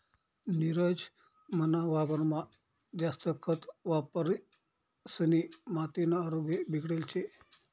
नीरज मना वावरमा जास्त खत वापरिसनी मातीना आरोग्य बिगडेल शे